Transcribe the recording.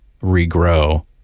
regrow